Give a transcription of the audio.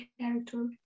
character